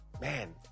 man